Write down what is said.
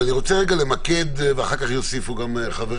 אבל אני רוצה למקד, ואחר כך יוסיפו חבריי.